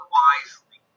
wisely